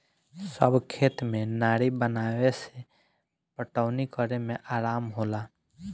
सब खेत में नारी बनावे से पटवनी करे में आराम होला